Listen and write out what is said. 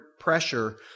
pressure